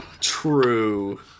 true